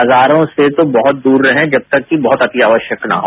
बाजारों से जो बहुतदूर रहें जब तक की बहुत अति आवश्यक न हो